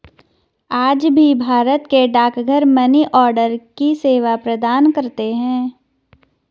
आज भी भारत के डाकघर मनीआर्डर की सेवा प्रदान करते है